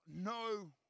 no